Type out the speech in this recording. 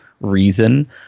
reason